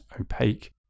Opaque